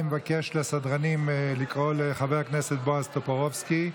אני מבקש מהסדרנים לקרוא לחבר הכנסת בועז טופורובסקי,